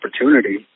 opportunity